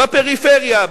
בפריפריה,